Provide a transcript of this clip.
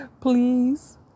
Please